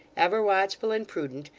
ever watchful and prudent,